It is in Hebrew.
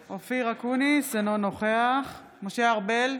אקוניס, אינו נוכח משה ארבל,